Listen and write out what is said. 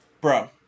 bro